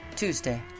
Tuesday